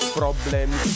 problems